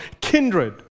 kindred